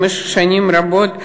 במשך שנים רבות,